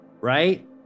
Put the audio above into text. right